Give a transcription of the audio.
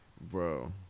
Bro